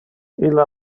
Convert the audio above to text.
illa